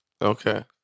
Okay